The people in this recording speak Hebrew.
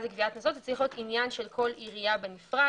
לגביית קנסות זה צריך להיות עניין של כל עירייה בנפרד.